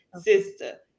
Sister